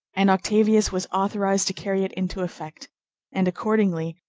and octavius was authorized to carry it into effect and accordingly,